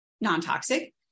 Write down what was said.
non-toxic